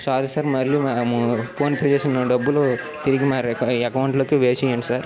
sorry sir మళ్ళీ మేము ఫోన్పే చేసిన డబ్బులు తిరిగి మా అకౌంట్లోకి వేసేయండి సార్